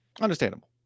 Understandable